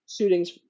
shootings